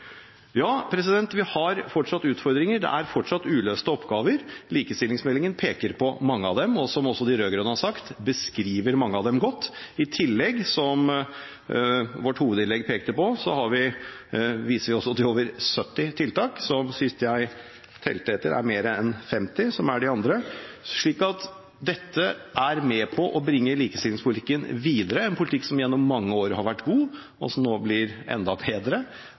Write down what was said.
Ja, vi har fortsatt utfordringer, det er fortsatt uløste oppgaver. Likestillingsmeldingen peker på mange av dem, og som også de rød-grønne har sagt, beskriver meldingen mange av dem godt. I tillegg, som det er pekt på tidligere i debatten, viser vi også til over 70 tiltak, som sist jeg telte etter, er mer enn 50, som er de andre. Så dette er med på å bringe likestillingspolitikken videre, en politikk som gjennom mange år har vært god, og som nå blir enda